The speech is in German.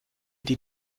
die